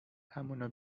همونو